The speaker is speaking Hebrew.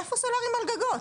איפה סולריים על גגות?